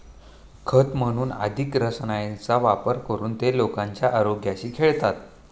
खत म्हणून अधिक रसायनांचा वापर करून ते लोकांच्या आरोग्याशी खेळतात